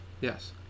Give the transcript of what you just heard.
Yes